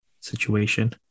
situation